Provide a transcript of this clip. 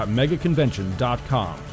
megaconvention.com